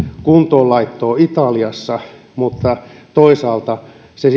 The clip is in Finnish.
kuntoon laittoa italiassa mutta toisaalta se